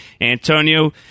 Antonio